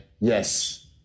Yes